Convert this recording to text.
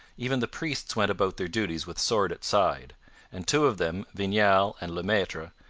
even the priests went about their duties with sword at side and two of them, vignal and le maitre,